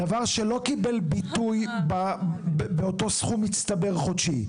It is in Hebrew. דבר שלא קיבל ביטוי באותו סכום מצטבר חודשי.